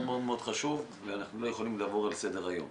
מאוד חשוב ואנחנו לא יכולים לעבור על כך לסדר היום.